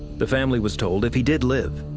the family was told if he did live,